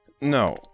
No